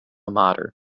mater